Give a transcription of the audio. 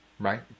Right